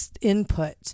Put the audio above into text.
input